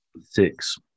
Six